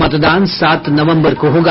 मतदान सात नवम्बर को होगा